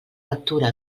lectura